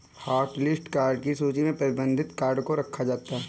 hotlist card की सूची में प्रतिबंधित कार्ड को रखा जाता है